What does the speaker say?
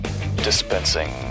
Dispensing